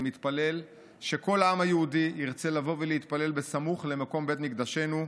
אני מתפלל שכל העם היהודי ירצה לבוא ולהתפלל סמוך למקום בית מקדשנו.